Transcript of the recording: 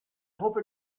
hope